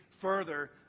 further